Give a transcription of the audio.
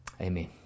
Amen